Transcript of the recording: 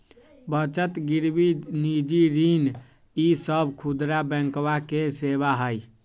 बचत गिरवी निजी ऋण ई सब खुदरा बैंकवा के सेवा हई